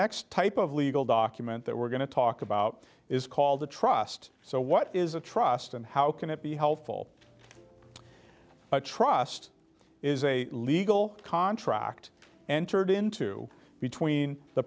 next type of legal document that we're going to talk about is called a trust so what is a trust and how can it be helpful a trust is a legal contract entered into between the